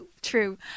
True